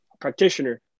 practitioner